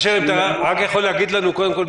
אשר, לפני שנעבור לדיון,